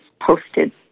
posted